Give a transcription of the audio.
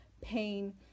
pain